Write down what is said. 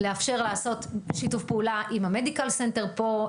לאפשר לעשות שיתוף פעולה עם המדיקל סנטר פה,